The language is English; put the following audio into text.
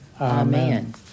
Amen